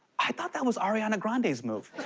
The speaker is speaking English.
i thought that was ariana grande's move.